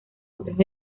otros